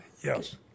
Yes